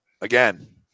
again